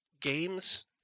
games